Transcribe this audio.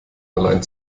allein